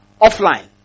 offline